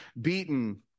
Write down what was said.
beaten